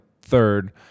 third